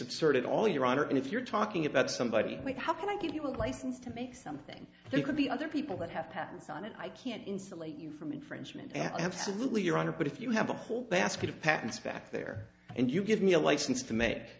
absurd at all your honor if you're talking about somebody like how can i give you a license to make something that could be other people that have patents on it i can't insulate you from infringement absolutely your honor but if you have a whole basket of patents back there and you give me a license to make